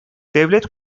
devlet